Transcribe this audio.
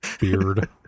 beard